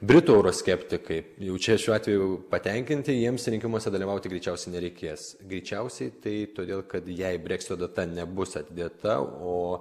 britų euroskeptikai jau čia šiuo atveju patenkinti jiems rinkimuose dalyvauti greičiausiai nereikės greičiausiai tai todėl kad jei breksito data nebus atidėta o